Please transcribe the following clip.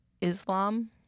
Islam